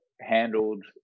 handled